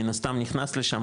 מן הסתם נכנס לשם,